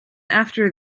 after